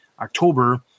October